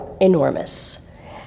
enormous